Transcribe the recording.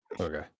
Okay